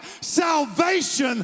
salvation